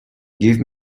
give